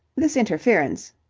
this interference.